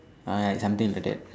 uh like something like that